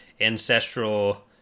ancestral